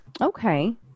Okay